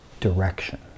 direction